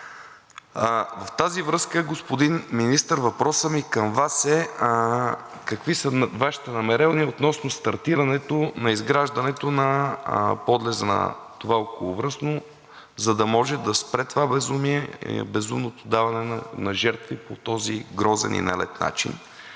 В тази връзка, господин Министър, въпросът ми към Вас е: какви са Вашите намерения относно стартирането на изграждането на подлеза на това околовръстно, за да може да се спре това безумно даване на жертви по този грозен и нелеп начин?